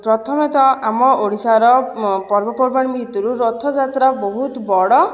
ପ୍ରଥମତଃ ଆମ ଓଡ଼ିଶାର ପର୍ବପର୍ବାଣୀ ଭିତରୁ ରଥଯାତ୍ରା ବହୁତ ବଡ଼